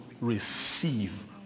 receive